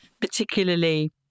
particularly